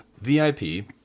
VIP